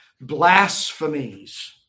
blasphemies